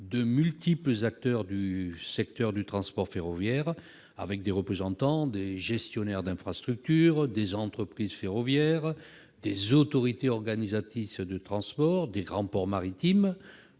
de multiples acteurs du secteur ferroviaire : des représentants des gestionnaires d'infrastructure, des entreprises ferroviaires, des autorités organisatrices de transport ferroviaire, des grands ports maritimes,